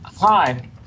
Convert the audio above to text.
Hi